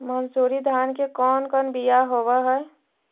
मनसूरी धान के कौन कौन बियाह होव हैं?